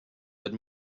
had